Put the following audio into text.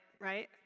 right